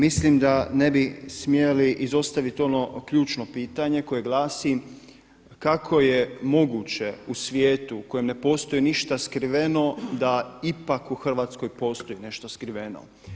Mislim da ne bi smjeli izostaviti ono ključno pitanje koje glasi kako je moguće u svijetu u kojem ne postoji ništa skriveno da ipak u Hrvatskoj postoji nešto skriveno.